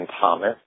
Thomas